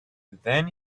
then